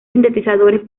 sintetizadores